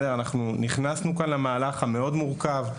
אנחנו נכנסנו כאן למהלך מאוד מורכב.